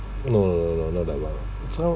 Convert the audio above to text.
no no no no not that [one] it's not